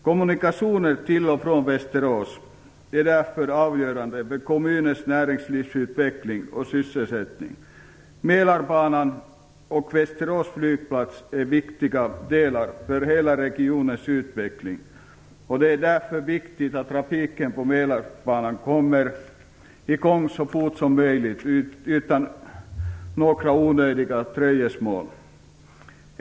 Kommunikationer till och från Västerås är därför avgörande för kommunens näringslivsutveckling och sysselsättning. Mälarbanan och Västerås flygplats är viktiga delar för hela regionens utveckling. Det är därför viktigt att trafiken på Mälarbanan kommer i gång så fort som möjligt, utan några onödiga dröjsmål.